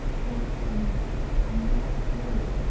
but um i'm not afraid.